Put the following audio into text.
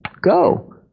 go